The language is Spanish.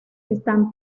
están